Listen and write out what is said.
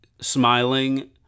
smiling